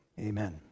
Amen